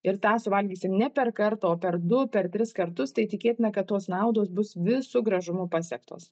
ir tą suvalgysim ne per kartą o per du per tris kartus tai tikėtina kad tos naudos bus visu gražumu pasiektos